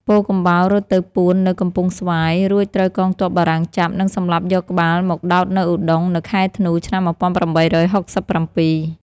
ពោធិកំបោររត់ទៅពួននៅកំពង់ស្វាយ រួចត្រូវកងទ័ពបារាំងចាប់ និងសម្លាប់យកក្បាលមកដោតនៅឧដុង្គនៅខែធ្នូ ឆ្នាំ ១៨៦៧។